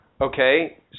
Okay